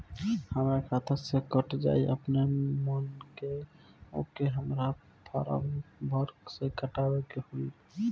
हमरा खाता से कट जायी अपने माने की आके हमरा फारम भर के कटवाए के होई?